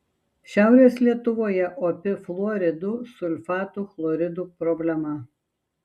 šiaurės lietuvoje opi fluoridų sulfatų chloridų problema